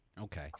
okay